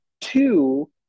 Two